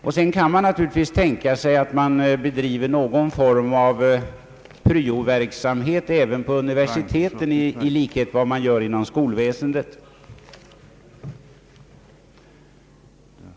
Man kan naturligtvis också tänka sig att vid universiteten bedriva någon form av pryoverksamhet, liksom man gör inom skolväsendet.